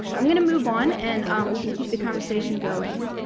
so i'm going to move on and we can keep the conversation going.